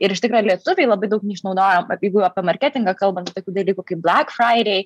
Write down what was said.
ir iš tikro lietuviai labai daug neišnaudoja jeigu apie marketingą kalbant tokių dalykų kaip blak fraidei